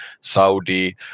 Saudi